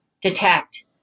detect